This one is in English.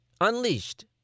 Unleashed